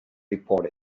report